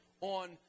on